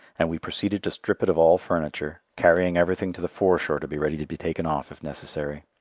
and we proceeded to strip it of all furniture, carrying everything to the fore-shore to be ready to be taken off if necessary.